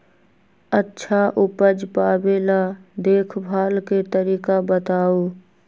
अच्छा उपज पावेला देखभाल के तरीका बताऊ?